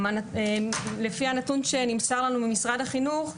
לפי הנתון שנמסר לנו ממשרד החינוך,